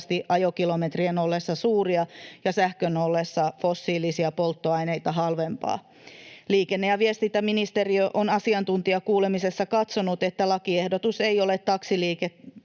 ajokilometrien ollessa suuria ja sähkön ollessa fossiilisia polttoaineita halvempaa. Liikenne‑ ja viestintäministeriö on asiantuntijakuulemisessa katsonut, että lakiehdotus ei ole taksiliiketoimintaa